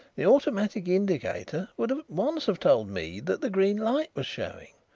the automatic indicator would at once have told mead that the green light was showing.